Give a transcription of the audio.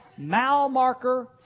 Malmarker